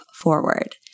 forward